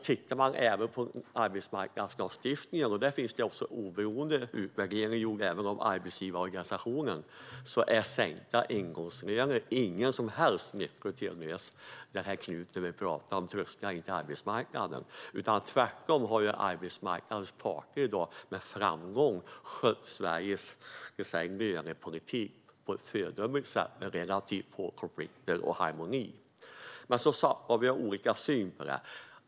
Vad gäller arbetsmarknadslagstiftningen finns det oberoende utvärderingar, även sådana gjorda av arbetsgivarorganisationer. Sänkta ingångslöner är ingen som helst nyckel till att lösa det problem med trösklar in till arbetsmarknaden som vi har pratat om. Tvärtom har arbetsmarknadens parter med framgång skött Sveriges lönepolitik på ett föredömligt sätt med relativt få konflikter och i harmoni. Men som sagt har vi olika syn på det här.